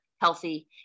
healthy